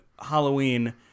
Halloween